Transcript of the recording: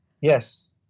Yes